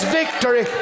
victory